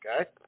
okay